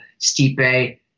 stipe